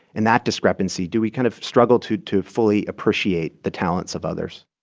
in that discrepancy. do we kind of struggle to to fully appreciate the talents of others?